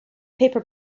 paper